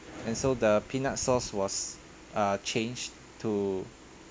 and so the peanut sauce was uh changed to